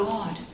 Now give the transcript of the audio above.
God